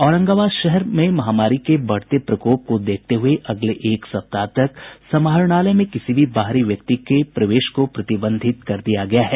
औरंगाबाद शहर महामारी के बढ़ते प्रकोप को देखते हुए अगले एक सप्ताह तक समाहरणालय में किसी भी बाहरी व्यक्ति का प्रवेश प्रतिबंधित कर दिया गया है